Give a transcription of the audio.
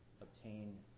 obtain